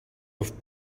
auf